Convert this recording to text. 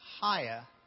higher